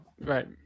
right